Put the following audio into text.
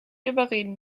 überreden